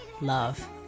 love